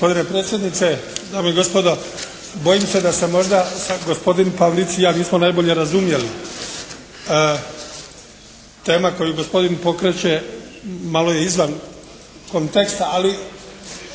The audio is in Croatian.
Gospodine predsjedniče, dame i gospodo. Bojim se da se možda gospodin Pavlic i ja nismo najbolje razumjeli. Tema koju gospodin pokreće malo je izvan konteksta, ali